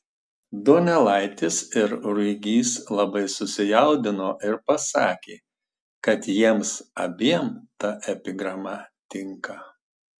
donelaitis ir ruigys labai susijaudino ir pasakė kad jiems abiem ta epigrama tinka